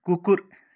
कुकुर